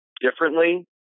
differently